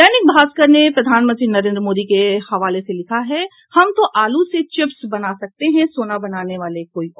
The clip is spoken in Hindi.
दैनिक भास्कर ने प्रधानमंत्री नरेंद्र मोदी के हवाले से लिखा है हम तो आलू से चिप्स बना सकते हैं सोना बनाने वाले कोई और